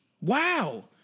wow